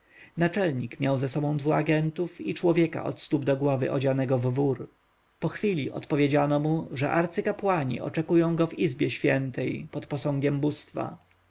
naczelnik miał ze sobą dwu ajentów i człowieka od stóp do głów odzianego w wór po chwili odpowiedziano mu że arcykapłani oczekują go w izbie świętej pod posągiem bóstwa